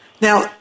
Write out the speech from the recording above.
Now